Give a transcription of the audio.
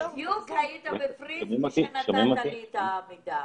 זו סוגיה שעלתה כבר בעבר מוועדה אחרת.